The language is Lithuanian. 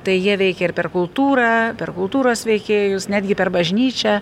tai jie veikia ir per kultūrą per kultūros veikėjus netgi per bažnyčią